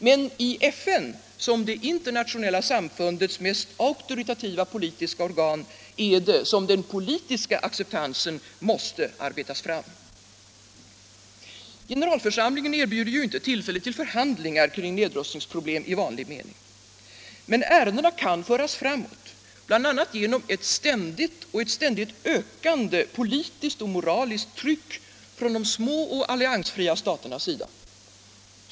Men i FN, som det internationella samfundets mest auktoritativa politiska organ, är det som den politiska acceptansen måste arbetas fram. Generalförsamlingen erbjuder inte tillfälle till förhandlingar kring nedrustningsproblem i verklig mening. Men ärendena kan föras framåt, bl.a. genom ett ständigt, och ständigt ökande, politiskt och moraliskt tryck från de små och alliansfria staternas sida.